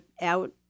out